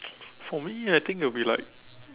for me I think it'll be like